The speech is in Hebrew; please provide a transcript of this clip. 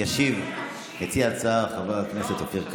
ישיב מציע ההצעה, חבר הכנסת אופיר כץ.